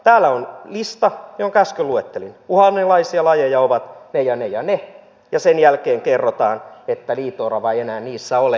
täällä on lista jonka äsken luettelin uhanalaisia lajeja ovat ne ja ne ja ne ja sen jälkeen kerrotaan että liito orava ei enää niissä ole